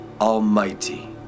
Almighty